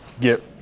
get